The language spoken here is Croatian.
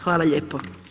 Hvala lijepo.